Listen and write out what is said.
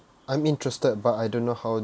I'm interested but I don't know how